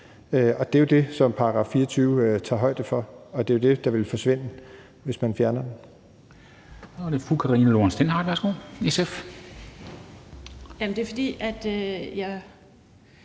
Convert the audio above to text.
Det er det, som § 24 tager højde for, og det er jo det, der vil forsvinde, hvis man fjerner den. Kl. 11:17 Formanden